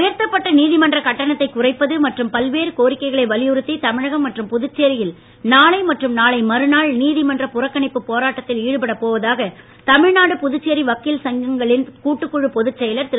உயர்த்தப்பட்ட நீதிமன்ற கட்டணத்தை குறைப்பது மற்றும் பல்வேறு கோரிக்கைகளை வலியுறுத்தி தமிழகம் மற்றும் புதுச்சேரியில் நாளை மற்றும் நாளை மறுநாள் நீதிமன்ற புறக்கணிப்பு போராட்டத்தில் ஈடுபடப்போவதாக தமிழ்நாடு புதுச்சேரி வக்கீல் சங்கங்களின் கூட்டுக்குழு பொதுச்செயலர் திரு